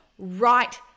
right